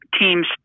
teams